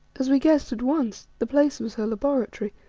as we guessed at once, the place was her laboratory,